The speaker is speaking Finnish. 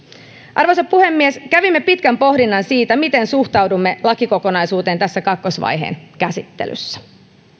arvoisa puhemies kävimme pitkän pohdinnan siitä miten suhtaudumme lakikokonaisuuteen tässä kakkosvaiheen käsittelyssä